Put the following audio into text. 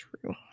true